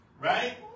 right